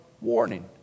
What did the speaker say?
warning